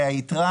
והיתרה